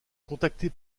contactée